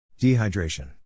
Dehydration